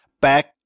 back